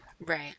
Right